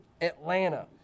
Atlanta